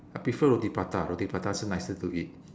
I prefer roti prata roti prata still nicer to eat